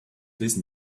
listen